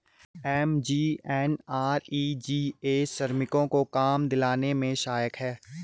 MGNREGA श्रमिकों को काम दिलाने में सहायक है